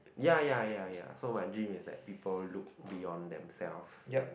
ya ya ya ya so my dream is that people look beyond themselves and